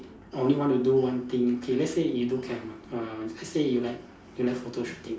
only want to do one thing okay let's say you do camera err let's say you like you like photo shooting